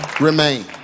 remain